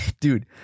dude